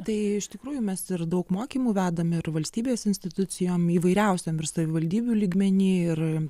tai iš tikrųjų mes ir daug mokymų vedam ir valstybės institucijom įvairiausiom ir savivaldybių lygmeny ir